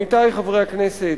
עמיתי חברי הכנסת,